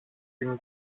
την